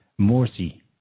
Morsi